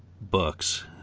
books